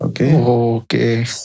Okay